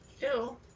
Ew